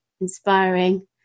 inspiring